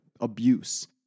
abuse